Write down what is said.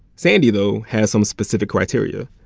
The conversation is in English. sandy, though, has some specific criteria.